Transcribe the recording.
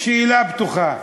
שאלה פתוחה.